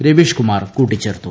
രവീഷ്കുമാർ കൂട്ടിച്ചേർത്തു